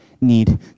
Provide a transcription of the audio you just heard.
need